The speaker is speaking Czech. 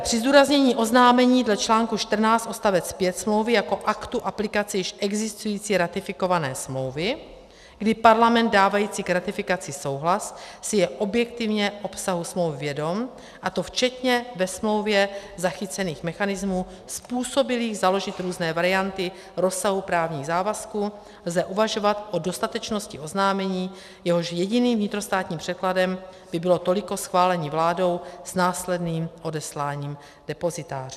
Při zdůraznění oznámení dle článku 14 odst. 5 smlouvy jako aktu aplikace již existující ratifikované smlouvy, kdy Parlament dávající k ratifikaci souhlas si je objektivně obsahu smlouvy vědom, a to včetně ve smlouvě zachycených mechanismů způsobilých založit různé varianty rozsahu právních závazků, lze uvažovat o dostatečnosti oznámení, jehož jediným vnitrostátním překladem by bylo toliko schválení vládou s následným odesláním depozitáři.